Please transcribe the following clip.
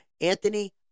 Anthony